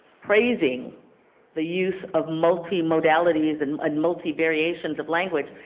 praising the use of multi-modalities and and multi-variations of language,